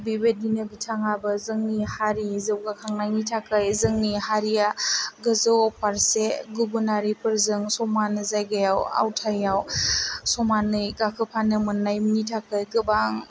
बे बायदिनो बिथाङाबो जोंनि हारि जौगाखांनायनि थाखाय जोंनि हारिया गोजौ फारसे गुबुन हारिफोरजों समान जायगायाव समान आवथायाव समानै गाखोफानो मोन्नायनि थाखाय गोबां